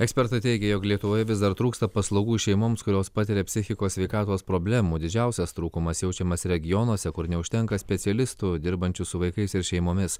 ekspertai teigia jog lietuvoje vis dar trūksta paslaugų šeimoms kurios patiria psichikos sveikatos problemų didžiausias trūkumas jaučiamas regionuose kur neužtenka specialistų dirbančių su vaikais ir šeimomis